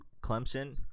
Clemson